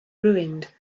ruined